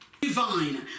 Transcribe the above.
Divine